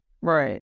Right